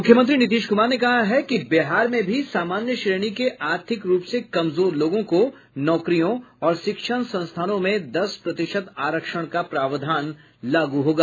मुख्यमंत्री नीतीश कुमार ने कहा है कि बिहार में भी सामान्य श्रेणी के आर्थिक रूप से कमजोर लोगों को नौकरियों और शिक्षण संस्थानों में दस प्रतिशत आरक्षण का प्रावधान लागू होगा